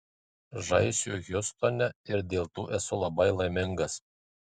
žaisiu hjustone ir dėl to esu labai laimingas